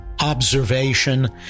Observation